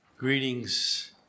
Greetings